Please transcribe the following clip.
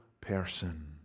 person